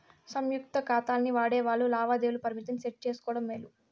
సంయుక్త కాతాల్ని వాడేవాల్లు లావాదేవీల పరిమితిని సెట్ చేసుకోవడం మేలు